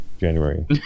January